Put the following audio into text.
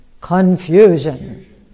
Confusion